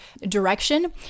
direction